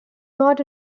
not